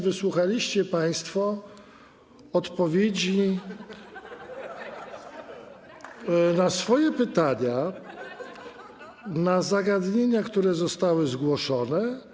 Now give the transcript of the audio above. Wysłuchaliście państwo odpowiedzi na swoje pytania, na zagadnienia, które zostały zgłoszone.